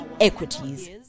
Equities